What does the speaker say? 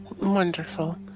Wonderful